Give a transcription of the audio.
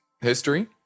history